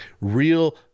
real